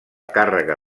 càrrega